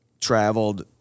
Traveled